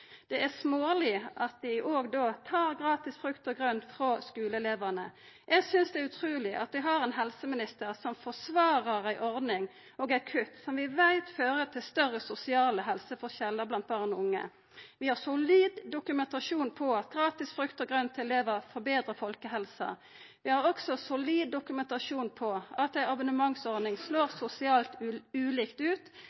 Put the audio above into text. Det er småleg at dei òg då tar gratis frukt og grønt frå skuleelevane. Eg synest det er utruleg at vi har ein helseminister som forsvarar ei ordning og eit kutt, som vi veit fører til større sosiale helseforskjellar blant barn og unge. Vi har solid dokumentasjon på at gratis frukt og grønt til elevar betrar folkehelsa. Vi har også solid dokumentasjon på at ei abonnementsordning slår